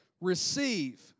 receive